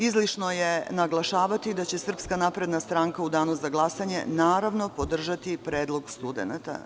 Izlišno je naglašavati da će Srpska napredna stranka u danu za glasanje naravno, podržati predlog studenata.